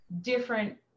different